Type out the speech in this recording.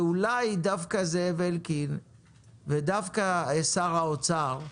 אולי דווקא זאב אלקין ודווקא שר האוצר,